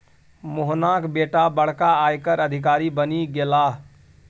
मोहनाक बेटा बड़का आयकर अधिकारी बनि गेलाह